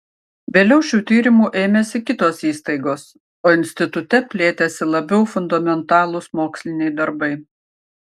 vėliau šių tyrimų ėmėsi kitos įstaigos o institute plėtėsi labiau fundamentalūs moksliniai darbai